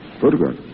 Photograph